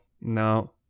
no